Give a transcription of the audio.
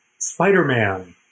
Spider-Man